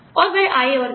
और वह आए और गए